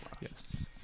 Yes